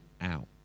out